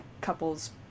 couple's